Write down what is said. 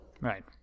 Right